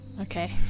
Okay